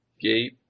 gate